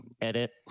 Edit